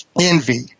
envy